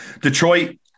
Detroit